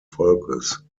volkes